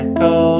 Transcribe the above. Echo